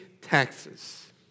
taxes